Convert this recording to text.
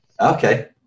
Okay